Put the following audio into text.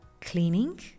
cleaning